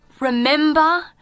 Remember